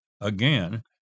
again